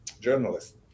journalist